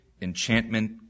enchantment